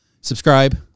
subscribe